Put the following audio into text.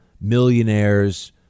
millionaires